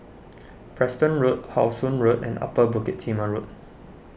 Preston Road How Sun Road and Upper Bukit Timah Road